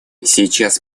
сейчас